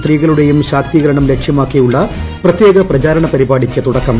സ്ത്രീകളുടെയും ശാക്ത്രീക്കർണം ലക്ഷ്യമാക്കിയുള്ള പ്രത്യേക പ്രചാരണ പരിപ്പാടിക്ക് തുടക്കം